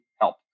help